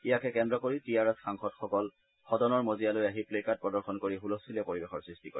ইয়াকে কেন্দ্ৰ কৰি টিআৰএছ সাংসদসকলে সদনৰ মজিয়ালৈ আহি প্লে কাৰ্ড প্ৰদৰ্শন কৰি হুলস্থলীয়া পৰিবেশৰ সৃষ্টি কৰে